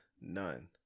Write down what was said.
None